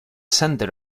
center